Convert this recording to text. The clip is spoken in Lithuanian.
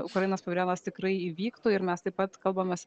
ukrainos paviljonas tikrai įvyktų ir mes taip pat kalbamės